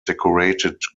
decorated